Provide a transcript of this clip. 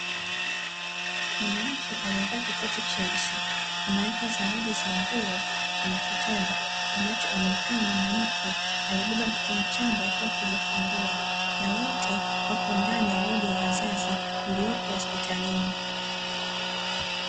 Mwanamke aliyevaa kikoti cheusi anaweka zawadi za nguo kwenye kitanda ambacho amekaa mwanamke aliyebeba mtoto mchanga aliyetoka kujifungua, na wote wako ndani ya wodi ya wazazi iliyopo hospitalini .